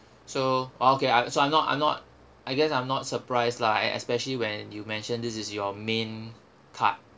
so oh okay I so I'm not I'm not I guess I'm not surprised lah e~ especially when you mentioned this is your main card